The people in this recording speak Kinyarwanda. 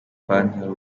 ipantaro